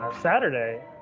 saturday